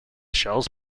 shells